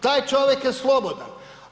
Taj čovjek je slobodan.